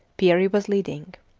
peary was leading.